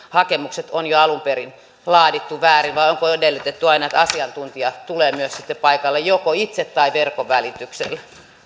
hakemukset on jo alun perin laadittu väärin vai onko edellytetty aina että asiantuntija tulee sitten paikalle joko itse tai verkon välityksellä